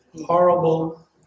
horrible